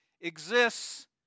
exists